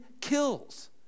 kills